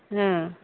हाँ